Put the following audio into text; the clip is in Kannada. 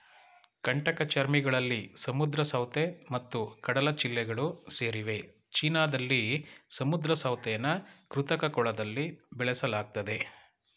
ಕಂಟಕಚರ್ಮಿಗಳಲ್ಲಿ ಸಮುದ್ರ ಸೌತೆ ಮತ್ತು ಕಡಲಚಿಳ್ಳೆಗಳು ಸೇರಿವೆ ಚೀನಾದಲ್ಲಿ ಸಮುದ್ರ ಸೌತೆನ ಕೃತಕ ಕೊಳದಲ್ಲಿ ಬೆಳೆಸಲಾಗ್ತದೆ